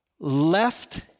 left